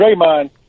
Draymond